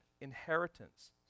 inheritance